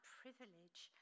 privilege